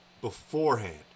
Beforehand